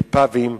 בפאבים,